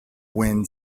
wind